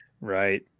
Right